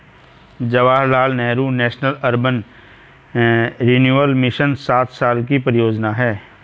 Jawaharlal Nehru national urban renewal mission सात साल की परियोजना है